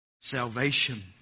salvation